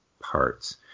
parts